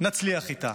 נצליח איתה.